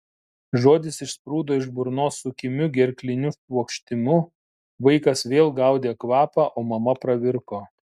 žodis išsprūdo iš burnos su kimiu gerkliniu šniokštimu vaikas vėl gaudė kvapą o mama pravirko